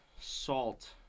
salt